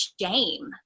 shame